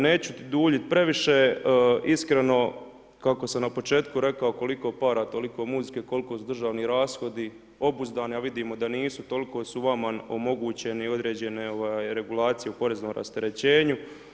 Neću duljiti previše, iskreno, kako sam na početku rekao, koliko para, toliko muzike, koliko su državni rashodi obuzdani, a vidimo da nisu, toliko su vama omogućene određene, ovaj, regulacije u poreznom rasterećenju.